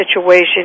situation